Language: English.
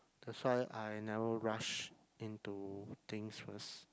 that's why I never rush into things first